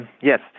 yes